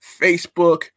Facebook